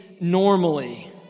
normally